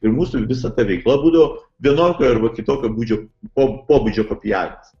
ir mūsų visa ta veikla būdavo vienokio arba kitokio būdžio po pobūdžio kopijavimas